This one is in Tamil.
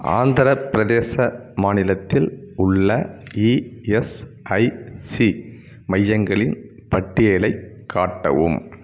ஆந்திரப் பிரதேச மாநிலத்தில் உள்ள இஎஸ்ஐசி மையங்களின் பட்டியலைக் காட்டவும்